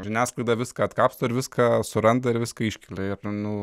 žiniasklaida viską atkapsto ir viską suranda ir viską iškelia ir nu